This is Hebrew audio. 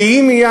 ואם יהיה,